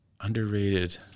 Underrated